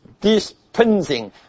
dispensing